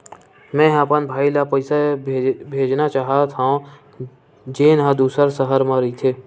मेंहा अपन भाई ला पइसा भेजना चाहत हव, जेन हा दूसर शहर मा रहिथे